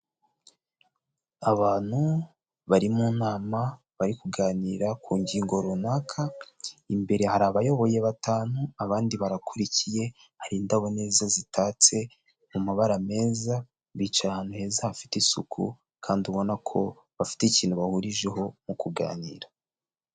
Abantu bari mu nama bari kuganira ku ngingo runaka, imbere hari abayoboye batanu abandi barakurikiye, hari indabo neza zitatse mu mabara meza bicaye ahantu heza hafite isuku kandi ubona ko bafite ikintu bahurijeho mu kuganira.